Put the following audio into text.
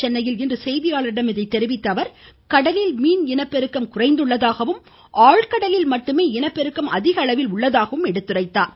சென்னையில் இன்று செய்தியாளரிடம் பேசிய அவர் கடலில் மீன் இனப்பெருக்கம் குறைந்துள்ளதாகவும் ஆழ்கடலில் மட்டுமே இனப்பெருக்கம் அதிக அளவில் உள்ளதாகவும் சுட்டிக்காட்டினார்